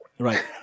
Right